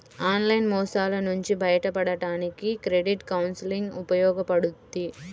online మోసాల నుంచి బయటపడడానికి క్రెడిట్ కౌన్సిలింగ్ ఉపయోగపడుద్ది